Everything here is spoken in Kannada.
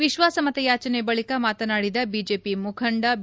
ವಿಶ್ವಾಸಮತ ಯಾಚನೆ ಬಳಿಕ ಮಾತನಾಡಿದ ಬಿಜೆಪಿ ಮುಖಂಡ ಬಿ